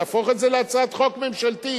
תהפוך את זה להצעת חוק ממשלתית.